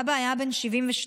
אבא היה בן 72,